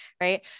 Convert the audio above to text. Right